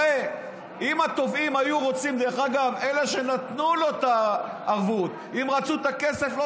הרי אם אלה שנתנו לו את הערבות היו רוצים את הכסף,